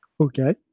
Okay